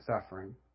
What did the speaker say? suffering